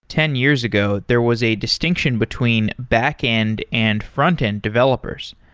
ten years ago there was a distinction between backend and frontend developers.